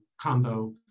combo